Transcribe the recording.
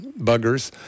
buggers